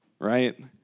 Right